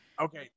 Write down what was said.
Okay